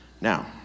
Now